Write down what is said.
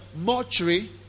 mortuary